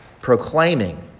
proclaiming